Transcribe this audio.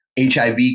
HIV